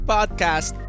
Podcast